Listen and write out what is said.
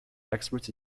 experts